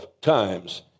times